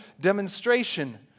demonstration